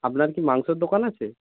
আপনার কি মাংসের দোকান আছে